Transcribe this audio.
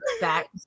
back